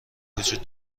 وجود